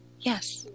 Yes